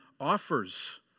offers